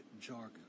jargon